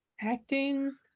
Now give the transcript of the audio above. acting